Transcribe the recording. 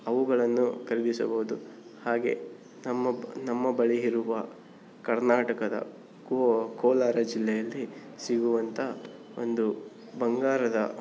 ಅವುಗಳನ್ನು ಖರೀದಿಸಬಹುದು ಹಾಗೆ ನಮ್ಮ ಬ್ ನಮ್ಮ ಬಳಿಯಿರುವ ಕರ್ನಾಟಕದ ಕೋಲಾರ ಜಿಲ್ಲೆಯಲ್ಲಿ ಸಿಗುವಂಥ ಒಂದು ಬಂಗಾರದ